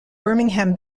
birmingham